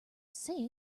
say